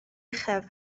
uchaf